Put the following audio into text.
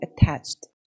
attached